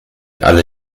alle